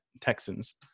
Texans